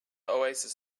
oasis